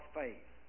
faith